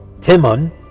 Timon